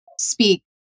speak